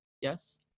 Yes